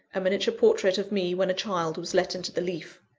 a miniature portrait of me, when a child, was let into the leaf.